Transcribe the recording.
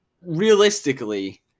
realistically